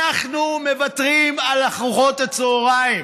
אנחנו מוותרים על ארוחות הצוהריים,